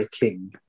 king